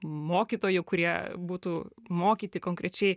mokytojų kurie būtų mokyti konkrečiai